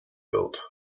built